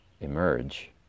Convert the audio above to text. emerge